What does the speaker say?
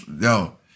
yo